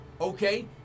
Okay